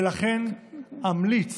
לכן אמליץ